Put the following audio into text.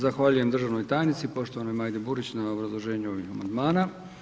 Zahvaljujem državnoj tajnici, poštovanoj Majdi Burić na obrazloženju ovih amandmana.